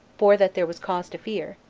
for that there was cause to fear,